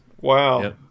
wow